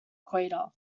equator